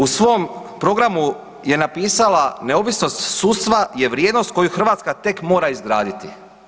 U svom programu je napisala neovisnost sudstva je vrijednost koju Hrvatska tek mora izgraditi.